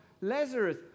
Lazarus